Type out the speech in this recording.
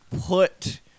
Put